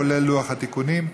כולל לוח התיקונים.